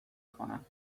کنم